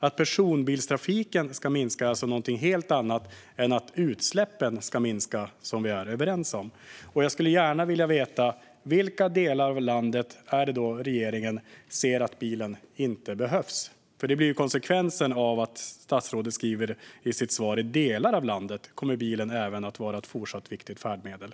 Att personbilstrafiken ska minska är alltså någonting helt annat än att utsläppen ska minska, vilket vi är överens om. Jag skulle gärna vilja veta i vilka delar av landet som regeringen anser att bilen inte behövs. Det blir konsekvensen av att statsrådet i sitt svar säger att bilen i delar av landet även fortsatt kommer att vara ett viktigt färdmedel.